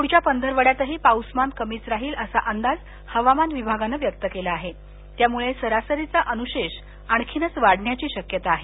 पुढच्या पंधरवड्यातही पाऊसमान कमीच राहील असा अंदाज हवामान विभागानं व्यक्त केला आहे त्यामुळे सरासरीचा अनुशेष आणखीनच वाढण्याची शक्यता आहे